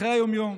בחיי היום-יום.